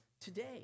today